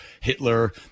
Hitler